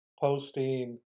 posting